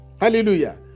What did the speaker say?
hallelujah